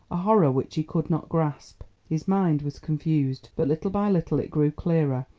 a horror which he could not grasp. his mind was confused, but little by little it grew clearer,